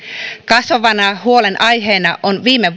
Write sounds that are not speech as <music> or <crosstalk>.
kasvavana huolenaiheena on viime <unintelligible>